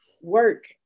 work